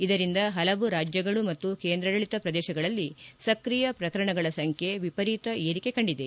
ಇದರಿಂದ ಹಲವು ರಾಜ್ಯಗಳು ಮತ್ತು ಕೇಂದ್ರಾಡಳತ ಪ್ರದೇಶಗಳಲ್ಲಿ ಸ್ಕ್ರಿಯ ಪ್ರಕರಣಗಳ ಸಂಖ್ಯೆ ವಿಪರೀತ ಏರಿಕೆ ಕಂಡಿದೆ